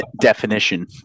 definition